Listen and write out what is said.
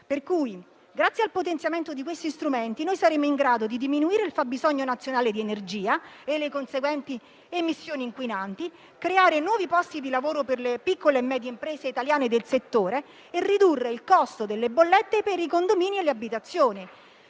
Pertanto, grazie al potenziamento di questi strumenti, noi saremo in grado di diminuire il fabbisogno nazionale di energia e le conseguenti emissioni inquinanti, creare nuovi posti di lavoro per le piccole e medie imprese italiane del settore e ridurre il costo delle bollette per i condomini e le abitazioni.